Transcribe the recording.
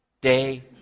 day